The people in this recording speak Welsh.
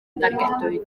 dargedwyd